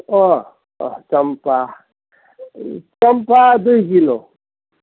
अँ अँ चम्पा चम्पा दुई किलो